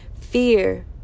fear